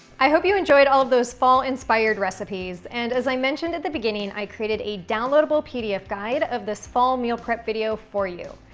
i hope you enjoyed all of those fall inspired recipes. and as i mentioned at the beginning, i created a downloadable pdf guide of this fall meal prep video for you.